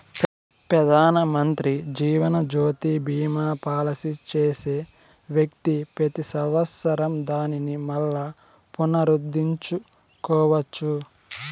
పెదానమంత్రి జీవనజ్యోతి బీమా పాలసీ చేసే వ్యక్తి పెతి సంవత్సరం దానిని మల్లా పునరుద్దరించుకోవచ్చు